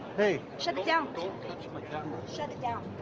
hey. shut it down. don't touch my camera. shut it down,